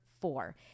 four